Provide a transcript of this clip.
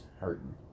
hurting